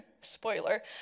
Spoiler